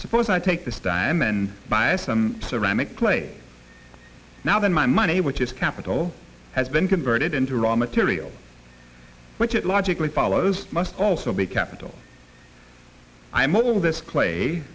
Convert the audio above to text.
suppose i take this diamond buy some ceramic clay now then my money which is capital has been converted into raw material which it logically follows must also be capital imo this clay